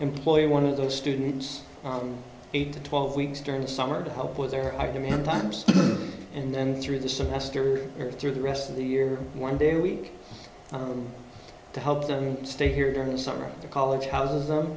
employ one of those students eight to twelve weeks during the summer to help with their demand times and then through the semester or through the rest of the year one day a week to help them stay here during the summer the college houses